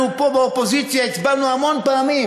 אנחנו פה באופוזיציה הצבענו המון פעמים